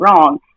wrong